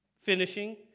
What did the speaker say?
finishing